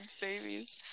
babies